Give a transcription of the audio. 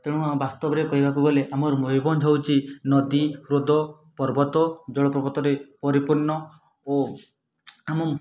ତେଣୁ ବାସ୍ତବରେ କହିବାକୁ ଗଲେ ଆମର ମୟୂରଭଞ୍ଜ ହଉଛି ନଦୀ ହ୍ରଦ ପର୍ବତ ଜଳପ୍ରପାତରେ ପରିପୂର୍ଣ୍ଣ ଓ ଆମ